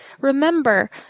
remember